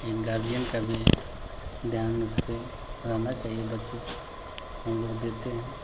ए guardian का भी ध्यान उस पे रहना चाहिए बच्चों का हम लोग देते हैं